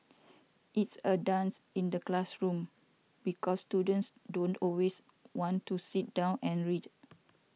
it's a dance in the classroom because students don't always want to sit down and read